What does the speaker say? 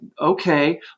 okay